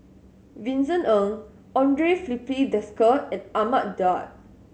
Vincent Ng Andre Filipe Desker and Ahmad Daud